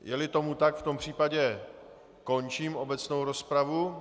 Jeli tomu tak, v tom případě končím obecnou rozpravu.